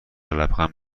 لبخند